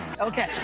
Okay